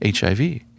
HIV